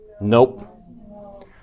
Nope